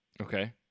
Okay